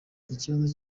ikibazo